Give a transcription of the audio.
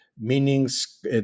meanings